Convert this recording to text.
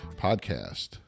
podcast